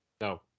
No